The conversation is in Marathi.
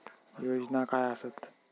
योजना काय आसत?